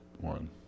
one